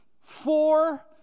four